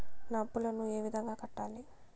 నా అప్పులను ఏ విధంగా కట్టాలి?